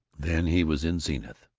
then he was in zenith.